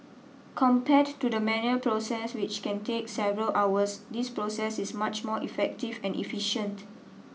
compared to the manual process which can take several hours this process is much more effective and efficient